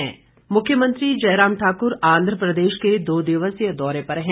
मुख्यमंत्री मुख्यमंत्री जयराम ठाकुर आन्ध्र प्रदेश के दो दिवसीय दौरे पर है